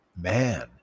man